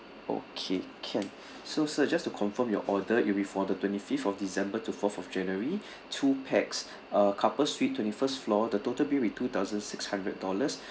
okay can so sir just to confirm your order it'll be for the twenty-fifth of december to fourth of january two pax a couple suite twenty first floor the total bill will be two thousand six hundred dollars